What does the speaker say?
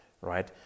right